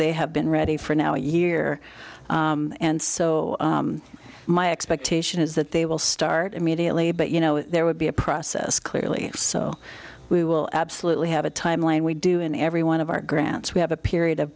they have been ready for now a year and so my expectation is that they will start immediately but you know there would be a process clearly so we will absolutely have a timeline we do in every one of our grants we have a period of